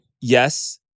yes